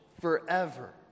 forever